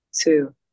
two